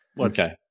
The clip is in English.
okay